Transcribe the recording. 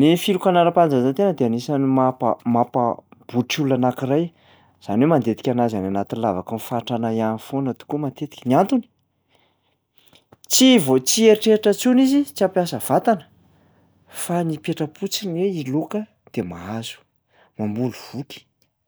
Ny filokana ara-panatanjahantena dia anisan'ny mampa- mampa- mampabotry olona anankiray, zany hoe mandetika anazy any anaty lavaky ny fahantrana ihany foana tokoa matetika, ny antony tsy vo- tsy hieritreritra intsony izy, tsy hampiasa vatana fa ny hipetra-potsiny hoe hiloka de mahazo. Mamboly voky,